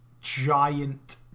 giant